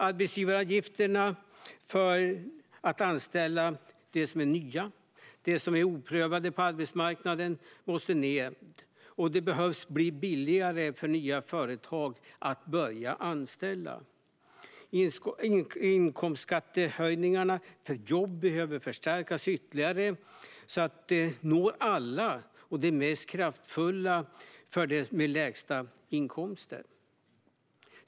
Arbetsgivaravgifterna för att anställa dem som är nya och oprövade på arbetsmarknaden måste ned, och det behöver bli billigare för nya företag att börja anställa. Inkomstskattesänkningarna för jobb behöver förstärkas ytterligare så att de når alla, och de är mest kraftfulla för dem med lägst inkomster.